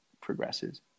progresses